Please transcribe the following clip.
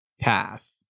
path